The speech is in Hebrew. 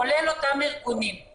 כולל אותם ארגונים,